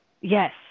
Yes